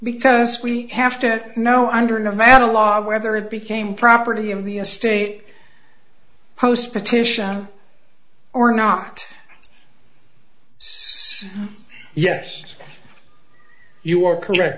because we have to know under nevada law whether it became property of the a state post petition or not yes you are correct